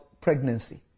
pregnancy